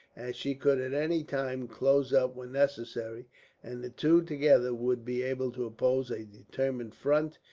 as she could at any time close up when necessary and the two, together, would be able to oppose a determined front,